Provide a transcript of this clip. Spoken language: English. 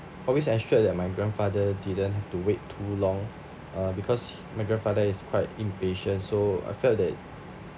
always ensured that my grandfather didn't have to wait too long uh because my grandfather is quite impatient so I felt that